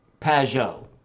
Pajot